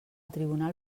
tribunal